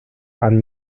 and